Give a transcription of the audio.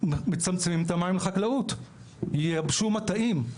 מצמצמים את המים לחקלאות, ייבשו מטעים.